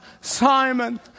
Simon